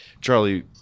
Charlie